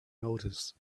notice